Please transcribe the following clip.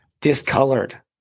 discolored